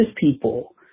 people